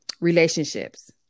relationships